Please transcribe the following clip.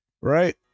Right